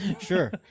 Sure